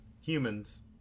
humans